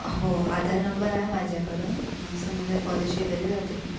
हो आधार नंबर आहे माझ्याकडं मग संगमनेर कॉलेज शेजारी जाते मी